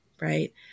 right